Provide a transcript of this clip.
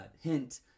Hint